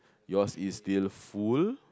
yours is still full